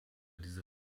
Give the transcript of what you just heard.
diese